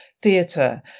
theatre